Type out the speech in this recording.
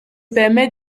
permets